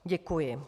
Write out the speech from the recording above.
Děkuji.